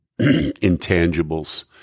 intangibles